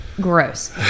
Gross